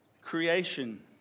creation